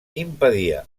impedia